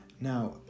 now